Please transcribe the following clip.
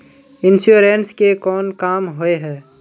Insurance के कोन काम होय है?